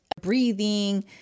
breathing